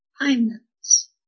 payments